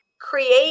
create